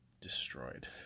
destroyed